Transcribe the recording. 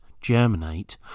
germinate